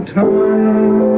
time